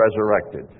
resurrected